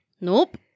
Nope